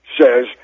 says